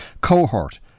cohort